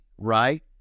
right